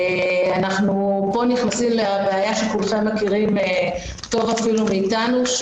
פה אנחנו נכנסים לבעיה שכולכם מכירים טוב מאיתנו,